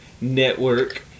network